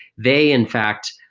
they, in fact,